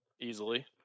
Easily